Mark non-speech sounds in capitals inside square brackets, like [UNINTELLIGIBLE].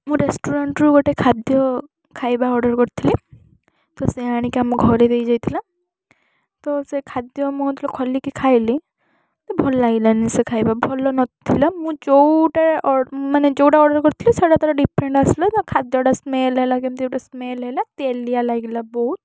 ମୁଁ ରେଷ୍ଟୁରାଣ୍ଟ୍ରୁ ଗୋଟେ ଖାଦ୍ୟ ଖାଇବା ଅର୍ଡ଼ର୍ କରିଥିଲି ତ ସେ ଆଣିକି ଆମ ଘରେ ଦେଇ ଯାଇଥିଲା ତ ସେ ଖାଦ୍ୟ ମୁଁ ଯେତେବେଳେ ଖୋଲିକି ଖାଇଲି ତ ଭଲ ଲାଗିଲାନି ସେ ଖାଇବା ଭଲ ନ ଥିଲା ମୁଁ ଯେଉଁଟା [UNINTELLIGIBLE] ମାନେ ଯେଉଁଟା ଅର୍ଡ଼ର୍ କରିଥିଲି ସେଇଟା ତା'ର ଡିଫରେଣ୍ଟ୍ ଆସିଲା ତା ଖାଦ୍ୟ ଟା ସ୍ମେଲ୍ ହେଲା କେମିତି ଗୋଟେ ସ୍ମେଲ୍ ହେଲା ତେଲିଆ ଲାଗିଲା ବହୁତ